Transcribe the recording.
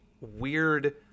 weird